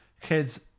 kids